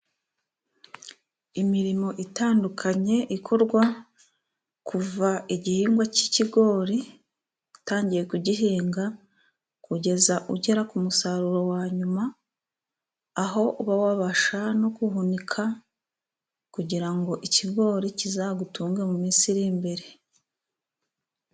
Imirimo itandukanye ikorwa kuva igihingwa cy' ikigori utangiye kugihinga kugeza ugera ku musaruro wa nyuma, aho uba wabasha no guhunika kugira ngo ikigori kizagutunge mu minsi iri imbere.